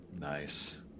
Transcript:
Nice